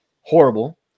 horrible